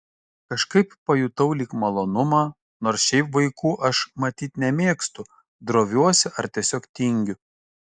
kažkaip pajutau lyg malonumą nors šiaip vaikų aš matyt nemėgstu droviuosi ar tiesiog tingiu